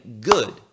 good